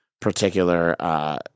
particular –